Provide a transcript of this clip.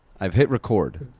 i've hit record.